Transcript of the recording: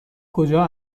کجا